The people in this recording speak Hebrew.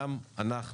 גם אנחנו,